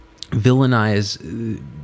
villainize